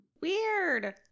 Weird